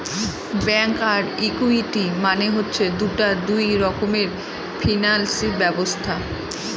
ঋণ আর ইকুইটি মানে হচ্ছে দুটা দুই রকমের ফিনান্স ব্যবস্থা